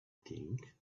think